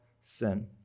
sin